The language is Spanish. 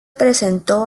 presentó